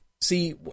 See